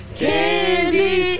candy